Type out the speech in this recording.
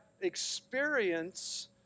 Experience